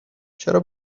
چرا